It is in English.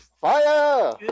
Fire